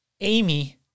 Amy